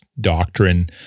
doctrine